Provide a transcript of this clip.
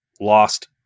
lost